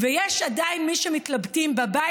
יש הסכמה גורפת בין קירות הבית